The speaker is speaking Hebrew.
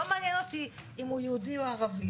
לא מעניין אותי אם הוא יהודי או ערבי.